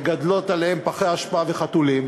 מגדלות עליהן פחי אשפה וחתולים,